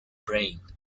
brain